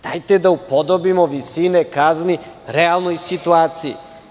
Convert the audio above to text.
Dajte da upodobimo visine kazni realnoj situaciji.